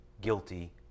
guilty